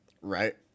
Right